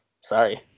Sorry